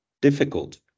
difficult